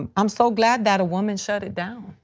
um am so glad that a woman shut it down.